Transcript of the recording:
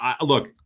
Look